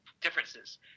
differences